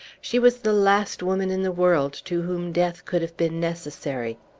she was the last woman in the world to whom death could have been necessary.